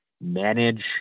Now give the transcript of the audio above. manage